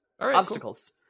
Obstacles